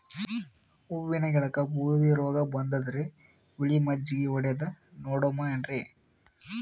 ಹೂವಿನ ಗಿಡಕ್ಕ ಬೂದಿ ರೋಗಬಂದದರಿ, ಹುಳಿ ಮಜ್ಜಗಿ ಹೊಡದು ನೋಡಮ ಏನ್ರೀ?